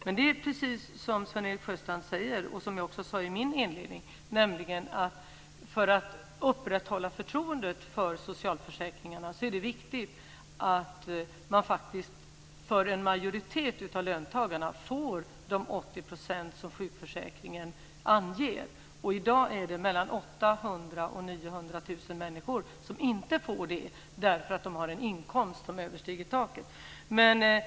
Men det är precis som Sven-Erik Sjöstrand säger och som jag också sade i min inledning, nämligen att för att upprätthålla förtroendet för socialförsäkringarna är det faktiskt viktigt att en majoritet av löntagarna får de 80 % som sjukförsäkringen anger. I dag är det mellan 800 000 och 900 000 människor som inte får det därför att de har en inkomst som överstiger taket.